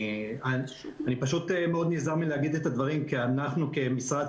אני נזהר מאוד מלהגיד את הדברים כי אנחנו כמשרד,